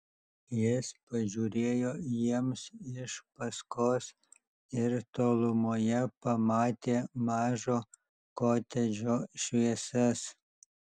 jis pažiūrėjo jiems iš paskos ir tolumoje pamatė mažo kotedžo šviesas